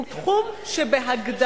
הוא תחום שבהגדרה,